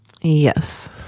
Yes